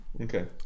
okay